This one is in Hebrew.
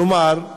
כלומר,